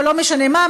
או לא משנה מה,